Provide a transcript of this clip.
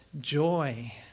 joy